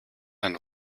ein